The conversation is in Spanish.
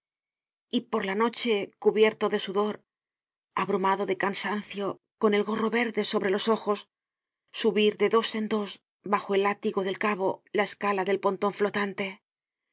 y por la noche cubierto de sudor abrumado de cansancio con el gorro verde sobre los ojos subir de dos en dos bajo el látigo del cabo la escala del ponton